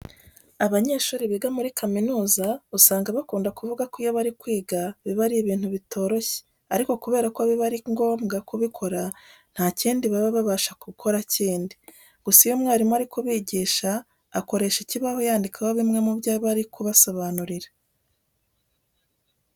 Abanyeshuri biga muri kaminuza usanga bakunda kuvuga ko iyo bari kwiga biba ari ibintu bitoroshye ariko kubera ko biba ari ngombwa kubikora nta kindi baba bashobora gukora kindi. Gusa iyo umwarimu ari kubigisha akoresha ikibaho yandikaho bimwe mu byo aba ari kubasobanurira.